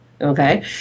okay